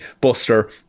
Buster